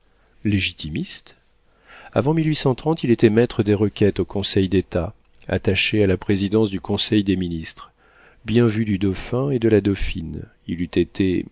légitimiste avant il était maître des requêtes au conseil d'état attaché à la présidence du conseil des ministres bien vu du dauphin et de la dauphine il eût été